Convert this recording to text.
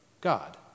God